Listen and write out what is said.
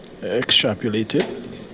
extrapolated